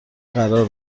قرار